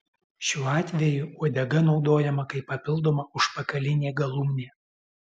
šiuo atveju uodega naudojama kaip papildoma užpakalinė galūnė